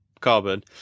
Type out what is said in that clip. carbon